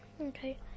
Okay